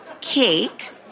Cake